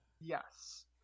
Yes